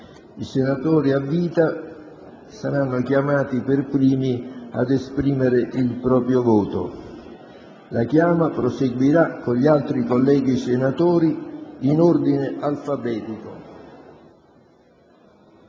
I senatori a vita saranno chiamati per primi ad esprimere il proprio voto. La chiama proseguirà con gli altri senatori in ordine alfabetico.